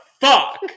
fuck